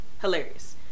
Hilarious